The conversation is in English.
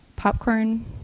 popcorn